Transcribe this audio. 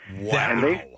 Wow